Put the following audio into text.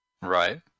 Right